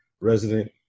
resident